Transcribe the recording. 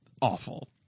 awful